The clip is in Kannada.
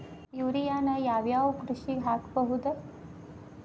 ಯೂರಿಯಾನ ಯಾವ್ ಯಾವ್ ಕೃಷಿಗ ಹಾಕ್ಬೋದ?